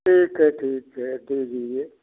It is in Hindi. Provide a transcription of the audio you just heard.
ठीक है ठीक है दे दीजिए